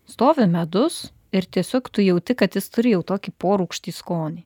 stovi medus ir tiesiog tu jauti kad jis turi jau tokį porūgštį skonį